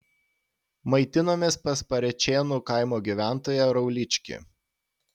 maitinomės pas parėčėnų kaimo gyventoją rauličkį